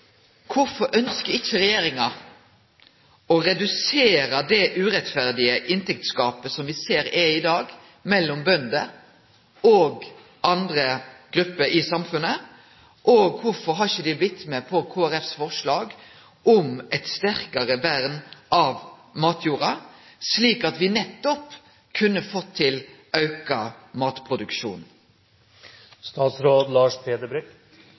urettferdige inntektsgapet som me ser i dag mellom bønder og andre grupper i samfunnet, og kvifor har dei ikkje blitt med på Kristeleg Folkepartis forslag om eit sterkare vern av matjorda, slik at me kunne fått til nettopp ein auka